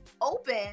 open